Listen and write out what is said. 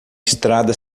estrada